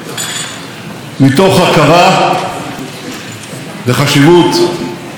מתוך הכרה בחשיבות הערך של לימוד תורה